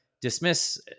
dismiss